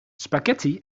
spaghetti